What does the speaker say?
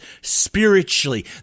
spiritually